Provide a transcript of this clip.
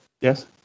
Yes